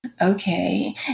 Okay